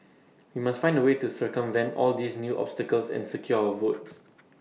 we must find A way to circumvent all these new obstacles and secure our votes